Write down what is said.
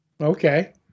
Okay